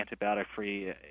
antibiotic-free